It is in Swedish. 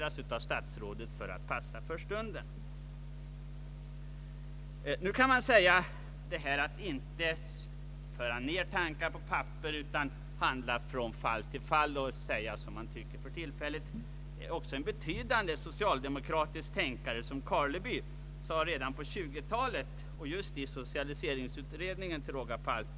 Nu kan det sägas att man inte alltid skall fästa tankarna på pränt utan att man skall handla från fall till fall. Detta är också något som en betydande socialdemokratisk tänkare, nämligen Nils Karleby, framhöll redan på 1920-talet, just i socialiseringsutredningen till råga på allt.